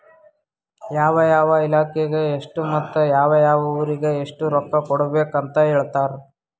ಯಾವ ಯಾವ ಇಲಾಖೆಗ ಎಷ್ಟ ಮತ್ತ ಯಾವ್ ಯಾವ್ ಊರಿಗ್ ಎಷ್ಟ ರೊಕ್ಕಾ ಕೊಡ್ಬೇಕ್ ಅಂತ್ ಹೇಳ್ತಾರ್